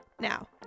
Now